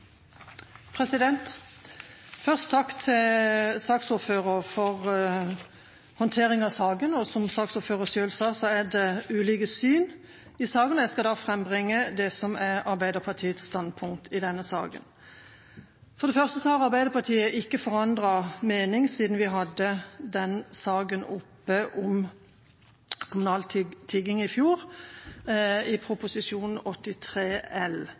ulike syn i saken. Jeg skal da frambringe det som er Arbeiderpartiets standpunkt i denne saken. For det første har Arbeiderpartiet ikke forandret mening siden vi hadde saken om kommunal tigging oppe i fjor, i forbindelse med Prop. 83 L